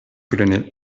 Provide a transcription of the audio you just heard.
colonel